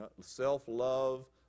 Self-love